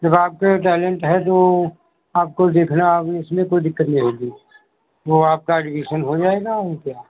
आपके टैलेंट है तो आपको देखना अभी उसमें कोई दिक़्क़त नहीं होगी वह आपका एडमिसन हो जाएगा क्या